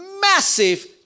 massive